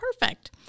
perfect